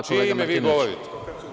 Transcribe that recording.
U čije ime vi govorite?